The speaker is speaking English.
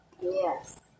Yes